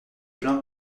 plaint